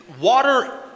water